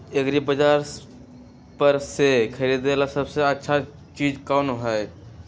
एग्रिबाजार पर से खरीदे ला सबसे अच्छा चीज कोन हई?